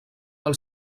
del